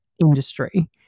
industry